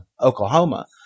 Oklahoma